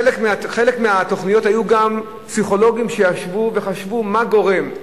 בחלק מהתוכניות היו גם פסיכולוגים שישבו וחשבו מה גורם.